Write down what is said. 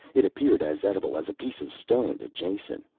it appeared as edible as a piece of stone to jason,